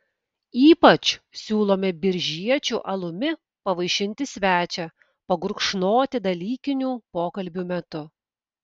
ypač siūlome biržiečių alumi pavaišinti svečią pagurkšnoti dalykinių pokalbių metu